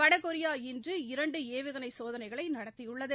வடகொரியா இன்று இரண்டு ஏவுகணை சோதனைகளை நடத்தியுள்ளது